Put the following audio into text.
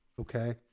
Okay